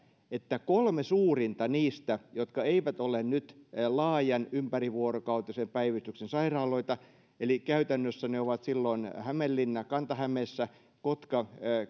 että kun kolme suurinta niistä jotka eivät ole nyt laajan ympärivuorokautisen päivystyksen sairaaloita eli käytännössä ne ovat hämeenlinna kanta hämeessä kotka